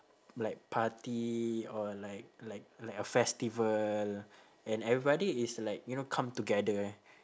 like party or like like like a festival and everybody is like you know come together eh